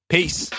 Peace